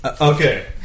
Okay